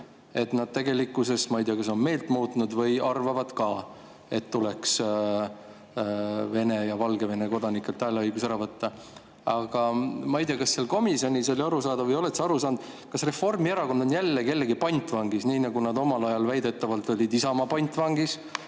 et nad tegelikkuses – ma ei tea, kas nad on meelt muutnud – arvavad ka, et tuleks Vene ja Valgevene kodanikelt hääleõigus ära võtta. Ma ei tea, kas seal komisjonis oli arusaadav või oled sa aru saanud, kas Reformierakond on jälle kellegi pantvangis, nagu nad omal ajal olid väidetavalt Isamaa pantvangis,